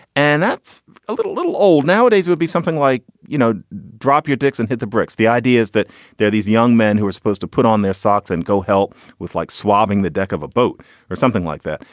and that's a little a little old nowadays would be something like, you know, drop your dicks and hit the bricks. the ideas that they're these young men who are supposed to put on their socks and go help with like swabbing the deck of a boat or something like that.